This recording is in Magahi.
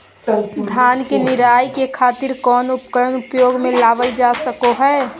धान के निराई के खातिर कौन उपकरण उपयोग मे लावल जा सको हय?